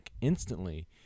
instantly